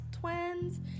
twins